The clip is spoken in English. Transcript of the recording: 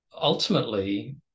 ultimately